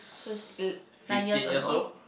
so it's l~ nine years ago